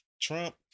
trump